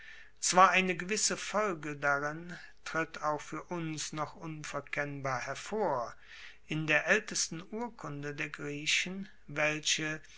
zwar eine gewisse folge darin tritt auch fuer uns noch unverkennbar hervor in der aeltesten urkunde der griechen welche